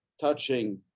touching